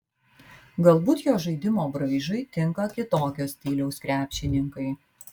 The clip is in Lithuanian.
galbūt jo žaidimo braižui tinka kitokio stiliaus krepšininkai